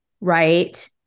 right